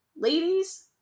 ladies